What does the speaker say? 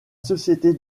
société